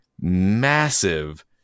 massive